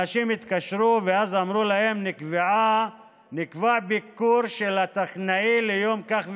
אנשים התקשרו ואז אמרו להם: נקבע ביקור של הטכנאי ליום כך וכך.